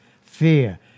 fear